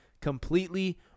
completely